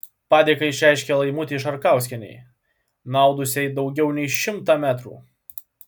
padėką išreiškė laimutei šarkauskienei nuaudusiai daugiau nei šimtą metrų